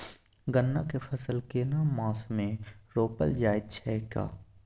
गन्ना के फसल केना मास मे रोपल जायत छै?